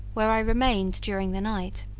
where i remained during the night.